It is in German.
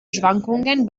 schwankungen